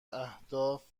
اهداف